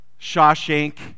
Shawshank